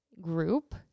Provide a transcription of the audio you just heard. group